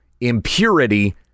impurity